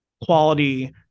Quality